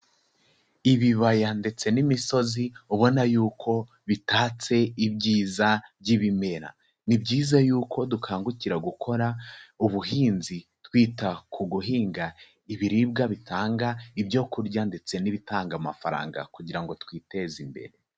Ibibaya ndetse n'imisozi ubona yuko bitatse ibyiza by'ibimera, ni byiza yuko dukangukira gukora ubuhinzi twita ku guhinga ibiribwa bitanga ibyo kurya ndetse n'ibitanga amafaranga kugira ngo twiteze imbere.